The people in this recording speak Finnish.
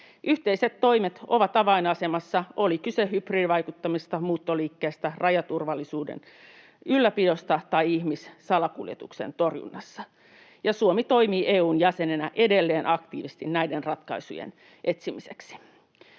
Yhteiset toimet ovat avainasemassa, oli kyse hybridivaikuttamisesta, muuttoliikkeestä, rajaturvallisuuden ylläpidosta tai ihmissalakuljetuksen torjunnasta, ja Suomi toimii EU:n jäsenenä edelleen aktiivisesti näiden ratkaisujen etsimiseksi.